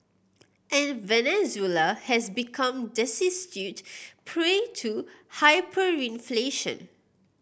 and Venezuela has become prey to hyperinflation